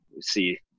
see